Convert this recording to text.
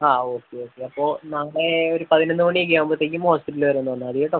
ആ okay okay അപ്പം നാളെ ഒര് പതിനൊന്ന് മണി ഒക്കെ ആകുമ്പത്തേക്കും ഹോസ്പിറ്റല് വരെ ഒന്ന് വന്നാൽ മതി കേട്ടോ